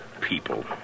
people